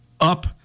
up